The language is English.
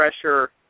pressure –